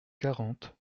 quarante